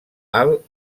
alt